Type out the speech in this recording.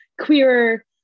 queer